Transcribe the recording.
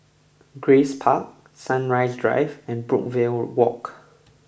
Grace Park Sunrise Drive and Brookvale Walk